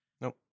Nope